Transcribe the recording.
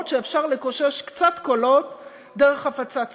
שאפשר לקושש קצת קולות דרך הפצת שנאה.